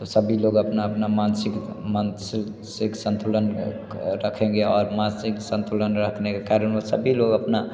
तो सभी लोग अपना अपना मानसिक मानसिक संतुलन रखेंगे और मानसिक संतुलन रखने के कारण वो सभी लोग अपना